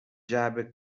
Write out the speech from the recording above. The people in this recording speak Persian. جعبه